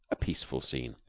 a peaceful scene.